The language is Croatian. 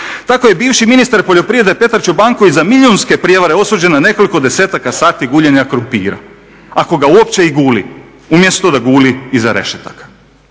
Tako je bivši ministar poljoprivrede Petar Čobanković za milijunske prevare osuđen na nekoliko desetaka sati guljenja krumpira, ako ga uopće i guli, umjesto da guli iza rešetaka.